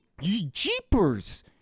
Jeepers